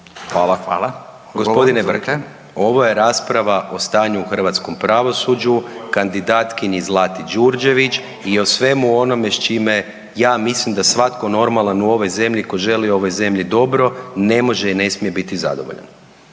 Mišel (SDP)** Gospodine Vrkljan ovo je rasprava o stanju u hrvatskom pravosuđu, kandidatkinji Zlati Đurđević i o svemu onome s čime ja mislim da svatko normalan u ovoj zemlji, tko želi ovoj zemlji dobro ne može i ne smije biti zadovoljan.